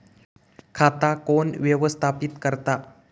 खाता कोण व्यवस्थापित करता?